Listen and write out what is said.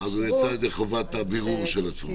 אז --- אז הוא יצא ידי חובת הבירור של עצמו.